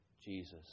Jesus